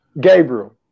Gabriel